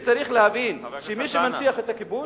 צריך להבין שמי שמנציח את הכיבוש,